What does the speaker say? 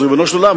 ריבונו של עולם,